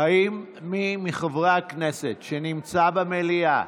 האם מי מחברי הכנסת נמצא במליאה